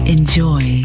Enjoy